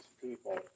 people